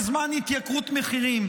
בזמן התייקרות מחירים.